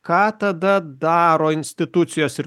ką tada daro institucijos ir